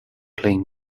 playing